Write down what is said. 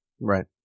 Right